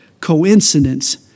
coincidence